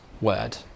word